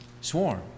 swarm